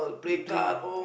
you drink ah